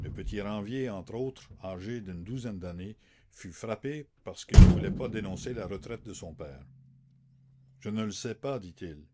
le petit ranvier entre autres âgé d'une douzaine d'années fut frappé parce qu'il ne voulait pas dénoncer la retraite de son père je ne la sais pas dit-il